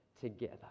together